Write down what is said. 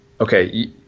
Okay